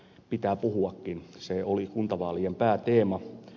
pitää puhuakin se oli kuntavaalien pääteema